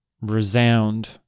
Resound